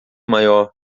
maior